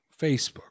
Facebook